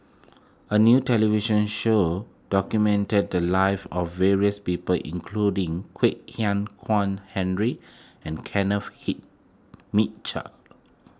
a new television show documented the lives of various people including Kwek Hian Chuan Henry and Kenneth Mitchell